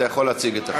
אתה יכול להציג את החוק.